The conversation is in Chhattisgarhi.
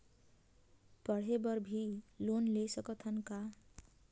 पढ़े बर भी लोन ले सकत हन का?